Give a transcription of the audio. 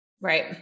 Right